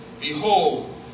Behold